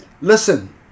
listen